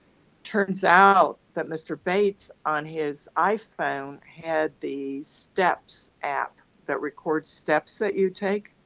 turns out that mr bates on his iphone had the steps app that records steps that you take,